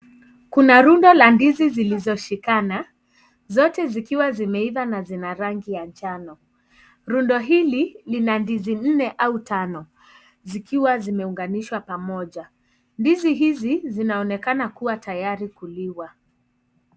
Kuna rundo la ndizi zilizo shikana zote zikiwa zimeiva na zina rangi ya njano rundo hili lina ndizi nne au tano zikiwa zimeunganishwa pamoja ndizi hizi zinaonekana kuwa tayari kuliwa.